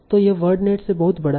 तो यह वर्डनेट से बहुत बड़ा है